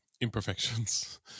imperfections